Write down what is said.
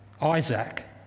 Isaac